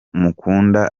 mukunda